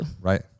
Right